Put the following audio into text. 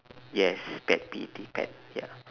yes pet P E T ya